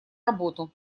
работу